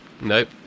Nope